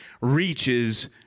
reaches